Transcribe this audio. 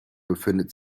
befindet